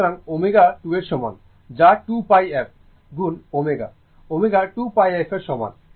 সুতরাং ω 2 এর সমান যা 2πf গুণ ω ω 2πf এর সমান